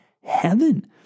heaven